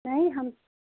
नहीं हम